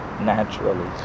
naturally